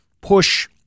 push